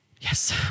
Yes